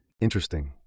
Interesting